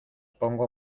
pongo